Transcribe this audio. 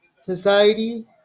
society